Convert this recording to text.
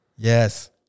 Yes